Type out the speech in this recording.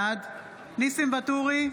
בעד ניסים ואטורי,